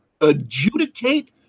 adjudicate